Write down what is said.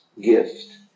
gift